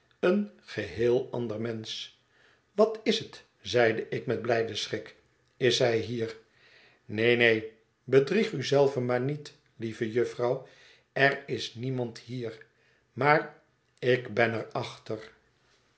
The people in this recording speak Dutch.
een geheel ander mensch wat is het zeide ik met blijden schrik is zij hier neen neen bedrieg u zelve maar niet lieve jufvrouw er is niemand hier maar ik ben er achter